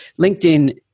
LinkedIn